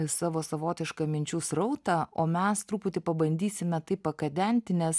savo savotišką minčių srautą o mes truputį pabandysime tai pakadenti nes